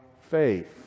faith